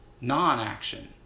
non-action